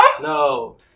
No